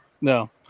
No